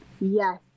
Yes